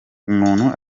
umuntu